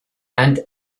and